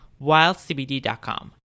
wildcbd.com